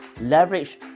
leverage